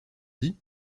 dit